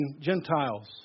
Gentiles